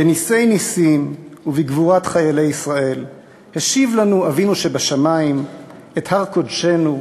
בנסי-נסים ובגבורת חיילי ישראל השיב לנו אבינו שבשמים את הר קודשנו,